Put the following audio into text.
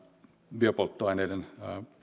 biopolttoaineiden